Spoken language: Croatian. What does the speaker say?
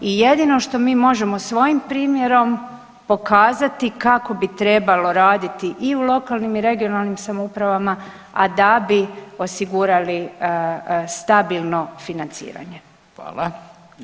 I jedino što mi možemo svojim primjerom pokazati kako bi trebalo raditi i u lokalnim i regionalnim samoupravama, a da bi osigurali stabilno financiranje.